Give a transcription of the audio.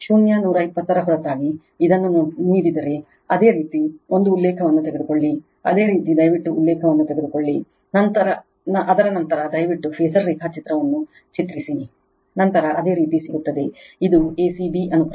ಶೂನ್ಯ 120 ರ ಹೊರತಾಗಿ ಇದನ್ನು ನೀಡಿದರೆ ಅದೇ ರೀತಿ ಒಂದು ಉಲ್ಲೇಖವನ್ನು ತೆಗೆದುಕೊಳ್ಳಿ ಅದೇ ರೀತಿ ದಯವಿಟ್ಟು ಉಲ್ಲೇಖವನ್ನು ತೆಗೆದುಕೊಳ್ಳಿ ಅದರ ನಂತರ ದಯವಿಟ್ಟು ಫಾಸರ್ ರೇಖಾಚಿತ್ರವನ್ನುಚಿತ್ರಸಿರಿ ನಂತರ ಅದೇ ರೀತಿ ಸಿಗುತ್ತದೆ ಇದು a c b ಅನುಕ್ರಮ